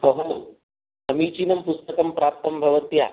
भोः समीचिनं पुस्तकं प्राप्तं भवत्या